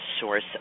source